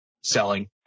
selling